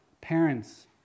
Parents